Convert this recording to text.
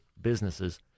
businesses